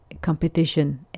competition